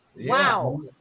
Wow